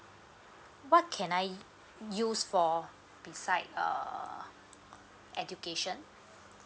what can I use for beside uh education